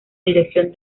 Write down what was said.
dirección